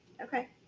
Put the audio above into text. okay